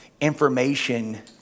information